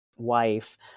wife